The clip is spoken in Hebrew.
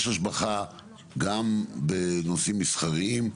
יש השבחה גם בנושאים מסחריים,